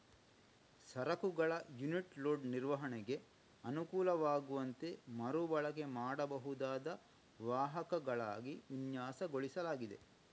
ಸರಕುಗಳ unit load ನಿರ್ವಹಣೆಗೆ ಅನುಕೂಲವಾಗುವಂತೆ ಮರು ಬಳಕೆ ಮಾಡಬಹುದಾದ ವಾಹಕಗಳಾಗಿ ವಿನ್ಯಾಸಗೊಳಿಸಲಾಗಿದೆ